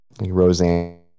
Roseanne